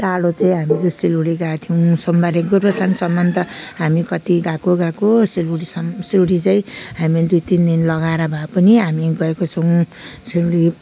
टाढा चाहिँ हामीहरू सिलगुढी गएका थियौँ सोमबारे गोरुबथानसमन त हामी कति गएको गएको सिलगुढीसम सिलगुढी चाहिँ हामी दुई तिन दिन लगाएर भए पनि हामी गएको छौँ सिलगुढी